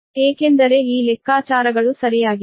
ಏಕೆಂದರೆ ಈ ಲೆಕ್ಕಾಚಾರಗಳು ಸರಿಯಾಗಿವೆ